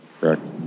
correct